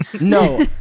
No